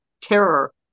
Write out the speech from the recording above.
terror